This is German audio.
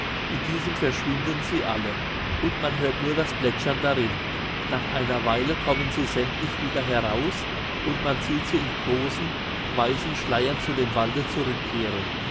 in diesem verschwinden sie alle und man hört nur das plätschern darin nach einer weile kommen sie sämmtlich wieder heraus und man sieht sie in großen weißen schleiern zu dem walde zurückkehren